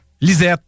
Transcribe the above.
Lisette